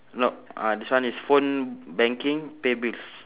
no uh this one is phone banking pay bills